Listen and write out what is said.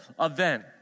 event